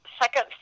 second